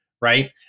right